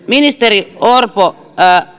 ministeri orpo